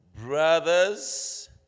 brothers